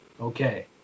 Okay